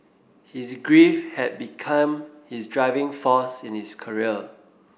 his grief had become his driving force in his career